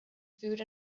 food